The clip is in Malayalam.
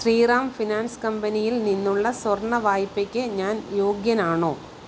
ശ്രീറാം ഫിനാൻസ് കമ്പനിയിൽ നിന്നുള്ള സ്വർണ്ണ വായ്പയ്ക്ക് ഞാൻ യോഗ്യനാണോ